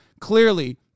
Clearly